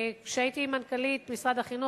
כשהייתי מנכ"לית משרד החינוך,